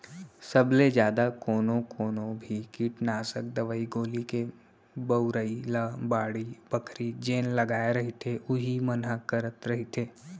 सब ले जादा कोनो कोनो भी कीटनासक दवई गोली के बउरई ल बाड़ी बखरी जेन लगाय रहिथे उही मन ह करत रहिथे